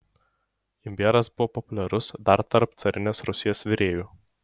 imbieras buvo populiarus dar tarp carinės rusijos virėjų